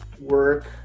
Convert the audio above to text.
work